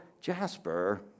Jasper